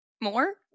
more